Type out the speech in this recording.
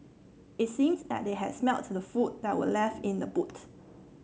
it seemed that they had smelt the food that were left in the boot